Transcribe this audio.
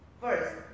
First